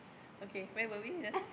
okay where were we just now